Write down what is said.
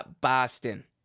Boston